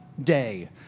day